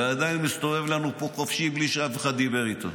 ועדיין מסתובב לנו פה חופשי בלי שאף אחד דיבר איתו.